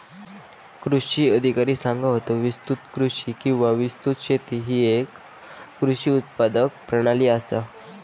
कृषी अधिकारी सांगा होतो, विस्तृत कृषी किंवा विस्तृत शेती ही येक कृषी उत्पादन प्रणाली आसा